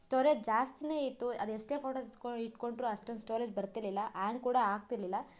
storage ಜಾಸ್ತಿಯೇ ಇತ್ತು ಅದು ಎಷ್ಟೇ ಫೊಟೋಸ್ ಇಟ್ಕೊಂಡ್ರೂ ಅಷ್ಟೊಂದು ಸ್ಟೋರೇಜ್ ಬರ್ತಿರಲಿಲ್ಲ ಆ್ಯಂಗ್ ಕೂಡ ಆಗ್ತಿರಲಿಲ್ಲ